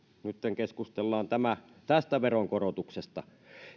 nytten keskustellaan tästä veronkorotuksesta